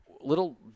little